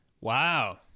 wow